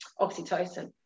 oxytocin